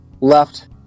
Left